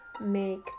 make